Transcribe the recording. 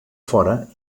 fora